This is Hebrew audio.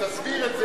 היא תסביר את זה,